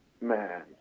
Man